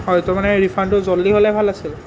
হয় তৌ মানে ৰিফাণ্ডটো জল্দি হ'লে ভাল আছিল